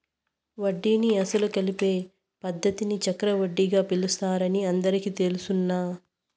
వడ్డీని అసలు కలిపే పద్ధతిని చక్రవడ్డీగా పిలుస్తారని అందరికీ తెలుసును